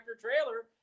trailer